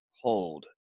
hold